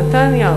נתניה,